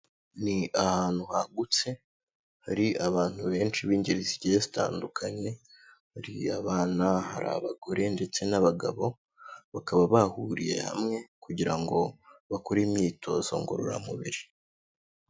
Ni ahantu hagutse, hari abantu benshi b'ingeri zigiye zitandukanye, hari abana, hari abagore, ndetse n'abagabo, bakaba bahuriye hamwe kugira ngo bakore imyitozo ngororamubiri.